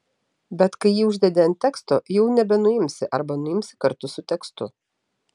bet kai jį uždedi ant teksto jau nebenuimsi arba nuimsi kartu su tekstu